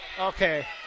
Okay